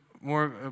more